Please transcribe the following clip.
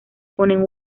ponen